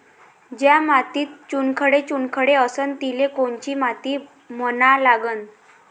ज्या मातीत चुनखडे चुनखडे असन तिले कोनची माती म्हना लागन?